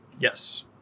Yes